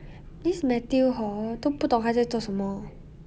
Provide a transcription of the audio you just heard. this matthew hor 都不懂他在做什么